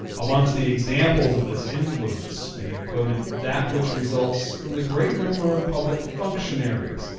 amongst the examples of this influence may be quoted that which results from the great number of public functionaries,